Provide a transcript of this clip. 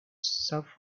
self